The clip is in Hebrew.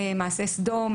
מעשה סדום,